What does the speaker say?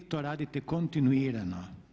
To radite kontinuirano.